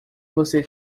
você